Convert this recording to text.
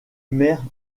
maire